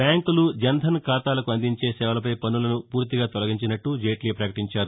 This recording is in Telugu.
బ్యాంకులు జనధన్ ఖాతాలకు అందించే సేవలపై పన్నులను పూర్తిగా తొలగించినట్లు జెట్లీ పకటించారు